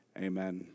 amen